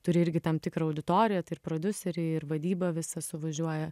turi irgi tam tikra auditoriją tai prodiuseriai ir vadyba visa suvažiuoja